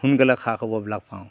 সোনকালে খা খবৰবিলাক পাওঁ